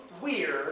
weird